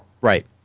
Right